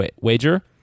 Wager